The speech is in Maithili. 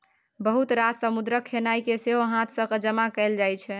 बहुत रास समुद्रक खेनाइ केँ सेहो हाथ सँ जमा कएल जाइ छै